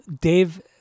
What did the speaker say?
Dave